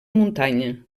muntanya